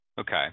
Okay